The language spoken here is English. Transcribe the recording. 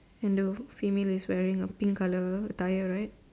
and the female is wearing a pink colour attire right